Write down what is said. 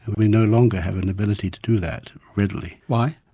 we no longer have an ability to do that readily. why?